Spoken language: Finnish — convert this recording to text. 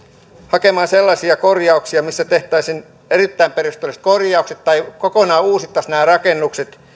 hakemaan sellaisia korjauksia missä tehtäisiin erittäin perusteelliset korjaukset tai kokonaan uusittaisiin nämä rakennukset